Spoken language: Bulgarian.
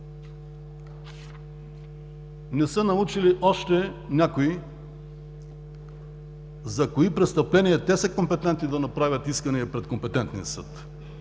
Не са научили още някои за кои престъпления те са компетентни да направят искания пред компетентния съд.